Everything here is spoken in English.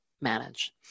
manage